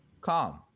calm